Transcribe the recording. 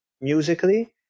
musically